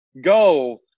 go